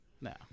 No